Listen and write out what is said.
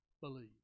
believe